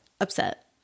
upset